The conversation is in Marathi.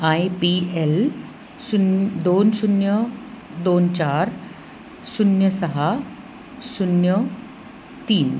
आय पी एल शून दोन शून्य दोन चार शून्य सहा शून्य तीन